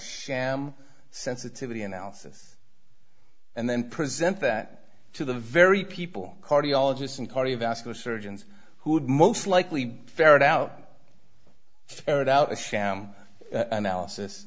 sham sensitivity analysis and then present that to the very people cardiologists and cardio vascular surgeons who would most likely ferret out aired out a sham analysis